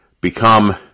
become